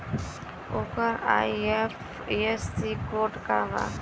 ओकर IFSC code का बा?